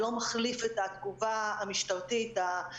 זה לא מחליף את התגובה המשטרתית המסורתית,